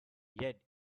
yet